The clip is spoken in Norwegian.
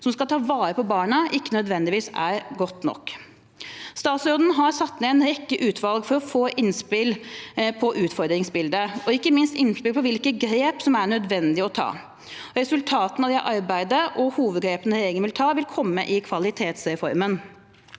som skal ta vare på barna, ikke nødvendigvis er godt nok. Statsråden har satt ned en rekke utvalg for å få innspill på utfordringsbildet og ikke minst på hvilke grep som er nødvendig å ta. Resultatet av dette arbeidet og hovedgrepene regjeringen vil ta, vil komme i kvalitetsreformen.